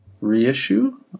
reissue